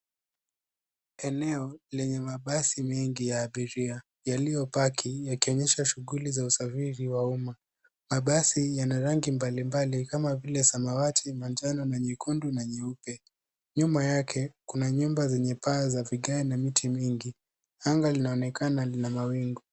Eneo lenye mabasi mengi ya abiria yaliyopaki yakionyesha shuguli za usafiri wa umma, mabasi yana rangi mbalimbali kama vile samawati manjano na nyekundu na nyeupe. Nyuma yake kuna nyumba zenye paa za vigae na miti mingi, anga linaonekana lina mawingu.